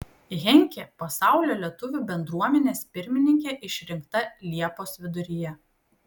henkė pasaulio lietuvių bendruomenės pirmininke išrinkta liepos viduryje